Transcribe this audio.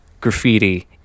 graffiti